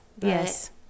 Yes